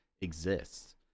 exists